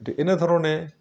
গতিকে এনেধৰণে